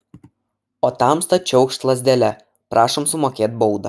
o tamsta čiaukšt lazdele prašom sumokėt baudą